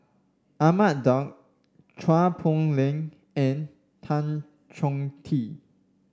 Ahmad Daud Chua Poh Leng and Tan Chong Tee